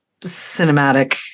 cinematic